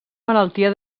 malaltia